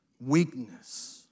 weakness